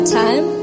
time